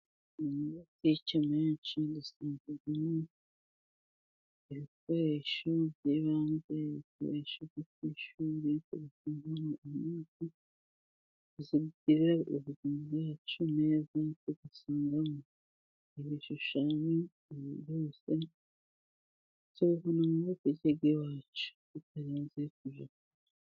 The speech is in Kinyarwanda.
Amabotike dusagamo ibikoresho by'ibanze bakoresha ku ishuri, nkuko turi kubibona kucyapa, turi kubibona mu maso yacu neza, kuko dusangaho ibishushanyo, tubona amabotike iwacu bitadusabye kujya kure.